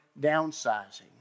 downsizing